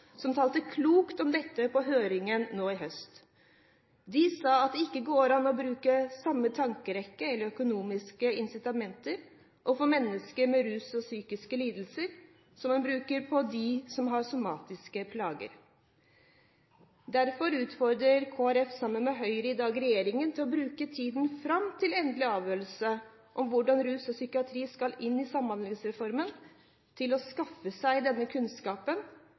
som talte klokt om dette på høringen nå i høst. De sa at det ikke går an å bruke samme tankerekke eller de samme økonomiske incitamenter overfor mennesker med rus- og psykiske lidelser som overfor dem som har somatiske plager. Derfor utfordrer Kristelig Folkeparti – sammen med Høyre – i dag regjeringen til å bruke tiden fram til endelig avgjørelse om hvordan rus og psykiatri skal inn i Samhandlingsreformen, til å skaffe seg